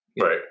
Right